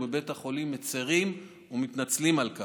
ובבית החולים מצירים ומתנצלים על כך.